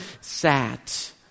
sat